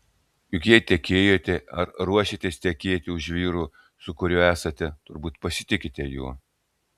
juk jei tekėjote ar ruošiatės tekėti už vyro su kuriuo esate turbūt pasitikite juo